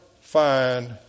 find